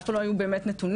אף פעם לא היו באמת נתונים.